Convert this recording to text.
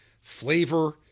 flavor